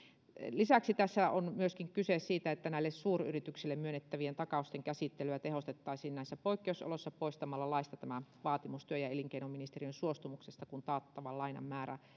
lisäksi tässä on myöskin kyse siitä että suuryrityksille myönnettävien takausten käsittelyä tehostettaisiin näissä poikkeusoloissa poistamalla laista tämä vaatimus työ ja elinkeinoministeriön suostumuksesta kun taattavan lainan määrä